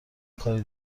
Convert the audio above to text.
کاری